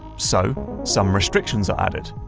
so, some restrictions are added.